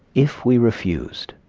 if we refused,